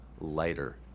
lighter